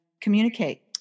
communicate